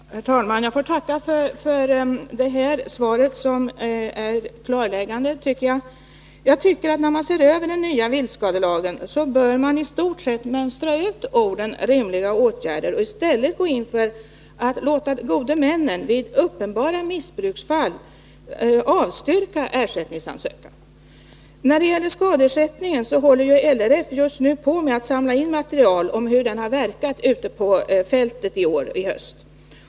Herr talman! Jag får tacka jordbruksministern för det här beskedet, som jag tycker är klarläggande. När man ser över den nya viltskadelagen, bör man i stort sett mönstra ut orden ”rimliga åtgärder” och i stället gå in för att låta gode männen vid uppenbara missbruksfall avstyrka ersättningsansökan. När det gäller skadeersättningen så håller LRF just nu på med att samla in material om hur systemet verkat ute på fältet i höst.